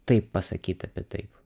taip pasakyt apie taip